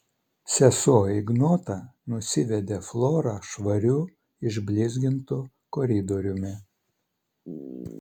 sesuo ignota nusivedė florą švariu išblizgintu koridoriumi